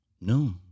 No